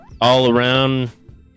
all-around